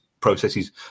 processes